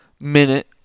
minute